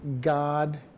God